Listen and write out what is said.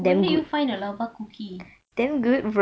only you find the lava cookie